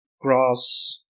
Grass